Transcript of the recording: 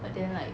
but then like